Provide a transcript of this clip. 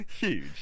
huge